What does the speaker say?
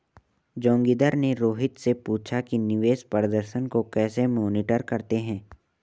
जोगिंदर ने रोहित से पूछा कि निवेश प्रदर्शन को कैसे मॉनिटर करते हैं?